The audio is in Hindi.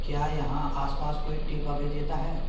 क्या यहाँ आस पास कोई टेकअवे देता है